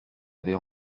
avait